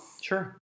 Sure